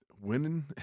winning